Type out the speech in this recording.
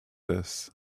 this